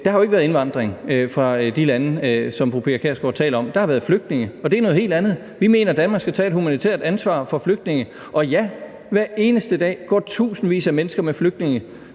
der har jo ikke været indvandring fra de lande, som fru Pia Kjærsgaard taler om. Der har været flygtninge, og det er noget helt andet. Vi mener, Danmark skal tage et humanitært ansvar for flygtninge. Og ja, hver eneste dag går tusindvis af mennesker med flygtningebaggrund